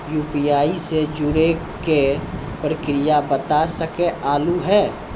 UPI से जुड़े के प्रक्रिया बता सके आलू है?